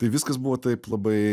tai viskas buvo taip labai